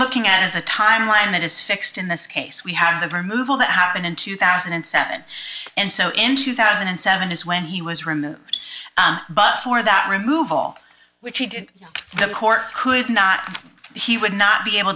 looking at is a timeline that is fixed in this case we have the removal that happened in two thousand and seven and so in two thousand and seven is when he was removed but for that removal which he did the court could not he would not be able